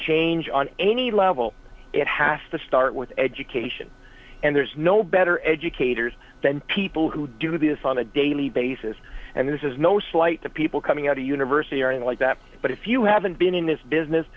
change on any level it has to start with education and there's no better educators than people who do this on a daily basis and this is no slight to people coming out of university or in like that but if you haven't been in this business